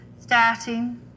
starting